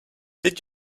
did